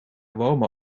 warme